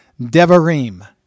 Devarim